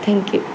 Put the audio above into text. thank U